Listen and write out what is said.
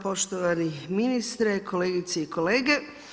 Poštovani ministre, kolegice i kolege.